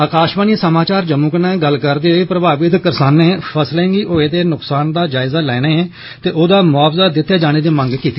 आकाशवाणी समाचार जम्मू कन्नै गल्ल करदे होई प्रभावित करसाने फसलें गी होए दे नुक्सान दा जायजा लैने ते ओदा मुआवजा दित्ते जाने दी मंग कीती